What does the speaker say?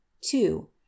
two